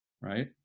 right